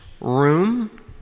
room